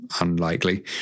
unlikely